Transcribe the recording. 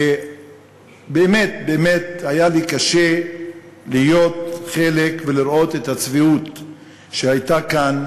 ובאמת באמת היה לי קשה להיות חלק ולראות את הצביעות שהייתה כאן,